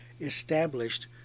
established